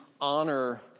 honor